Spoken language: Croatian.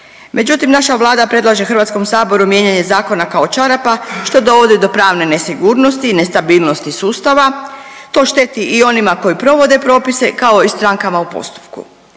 Međutim, naša Vlada predlaže Hrvatskom saboru mijenjanje zakona kao čarapa što dovodi do pravne nesigurnosti, nestabilnosti sustava. To šteti i onima koji provode propise kao i strankama u postupku.